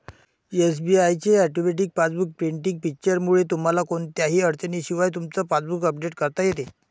SBI च्या automatic passbook printing फीचरमुळे तुम्हाला कोणत्याही अडचणीशिवाय तुमचं पासबुक अपडेट करता येतं